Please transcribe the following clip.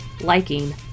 liking